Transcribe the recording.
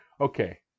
Okay